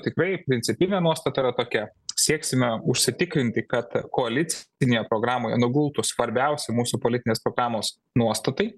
tikrai principinė nuostata tokia sieksime užsitikrinti kad koalicinėje programoje nugultų svarbiausi mūsų politinės programos nuostatai